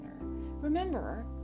remember